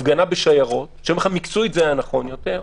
הפגנה בשיירות, שמקצועית זה היה נכון יותר,